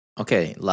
Okay